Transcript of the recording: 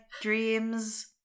dreams